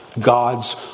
God's